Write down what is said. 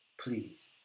please